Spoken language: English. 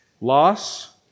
Loss